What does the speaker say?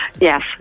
Yes